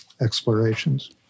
explorations